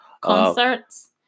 concerts